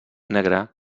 negre